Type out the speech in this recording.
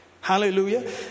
hallelujah